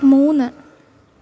മൂന്ന്